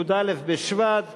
י"א בשבט תשע"ג,